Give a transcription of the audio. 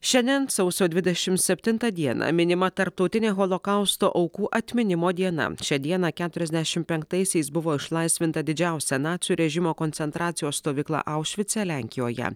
šiandien sausio dvidešimt septintą dieną minima tarptautinė holokausto aukų atminimo diena šią dieną keturiasdešimt penktaisaisiais buvo išlaisvinta didžiausia nacių režimo koncentracijos stovykla aušvice lenkijoje